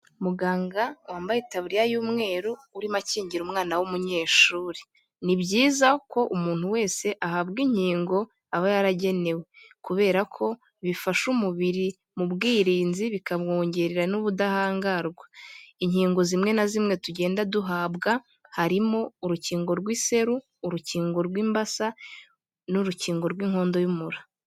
Muganga wambaye itaburiya y'umweru urimo akingira umwana w'umunyeshuri. Ni byiza ko umuntu wese ahabwa inkingo aba yaragenewe kubera ko bifasha umubiri mu bwirinzi bikamwongerera n'ubudahangarwa, inkingo zimwe na zimwe tugenda duhabwa harimo urukingo rw'iseru, urukingo rw'imbasa n'urukingo rw'inkondo y'umura.